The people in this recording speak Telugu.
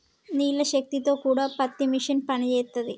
నీళ్ల శక్తి తో కూడా పత్తి మిషన్ పనిచేస్తది